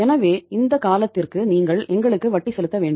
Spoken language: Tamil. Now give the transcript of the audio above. எனவே இந்த காலத்திற்கு நீங்கள் எங்களுக்கு வட்டி செலுத்த வேண்டும்